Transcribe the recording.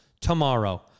tomorrow